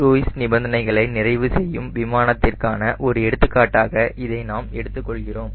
cruise நிபந்தனைகளை நிறைவு செய்யும் விமானத்திற்கான ஒரு எடுத்துக்காட்டாக இதை நாம் எடுத்துக் கொள்கிறோம்